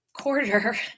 quarter